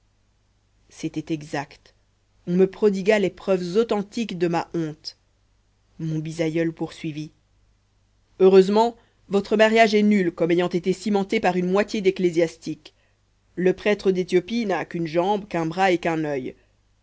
c'était exact on me prodigua les preuves authentiques de ma honte mon bisaïeul poursuivit heureusement votre mariage est nul comme ayant été cimenté par une moitié d'ecclésiastique le prêtre d'éthiopie n'a qu'une jambe qu'un bras et qu'un oeil